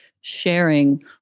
sharing